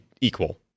equal